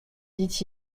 dit